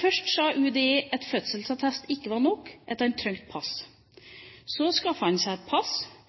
Først sa UDI at fødselsattest ikke var nok, og at han trengte pass. Så skaffet han seg et pass,